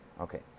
okay